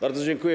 Bardzo dziękuję.